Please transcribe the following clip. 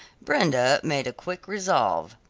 brenda made a quick resolve.